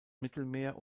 mittelmeer